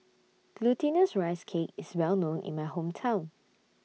Glutinous Rice Cake IS Well known in My Hometown